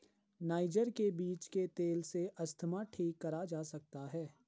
niger के बीज के तेल से अस्थमा ठीक करा जा सकता है